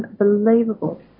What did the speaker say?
unbelievable